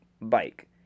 bike